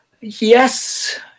yes